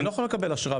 אני לא יכול לקבל אשרה.